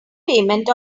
payment